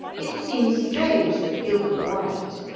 it seems strange that gilbert white,